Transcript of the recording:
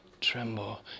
tremble